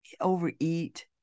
overeat